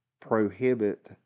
prohibit